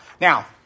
Now